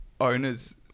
owners